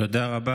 תודה רבה.